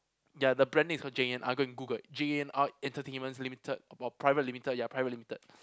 yeah the branding J_N_R go and Google J_N_R entertainment's limited private limited ya private limited